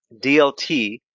DLT